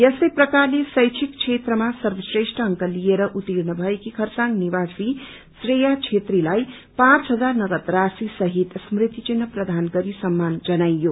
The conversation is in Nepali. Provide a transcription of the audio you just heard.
यस्तै प्रकारले शैक्षिक क्षेत्रमा सर्वश्रेष्ठ अंक लिएर उर्तीण भएकी खरसाङ निवासी श्रेया छेत्रीलाई पाँच हजार नगद राशि सहित स्मृति चिन्ह प्रदान गरि सममान जनाईयो